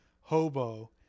hobo